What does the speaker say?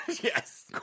Yes